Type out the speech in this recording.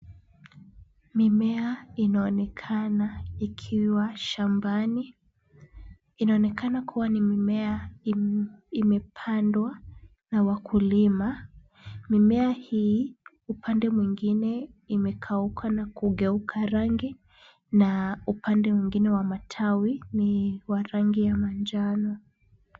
Mimea inaonekana ikiwa shambani. Inaonekana kuwa ni mimea imepandwa na wakulima. Mimea hii upande mwingine imekauka na kugeuka rangi na upande mwingine wa matawi ni wa rangi ya manjano.